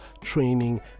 training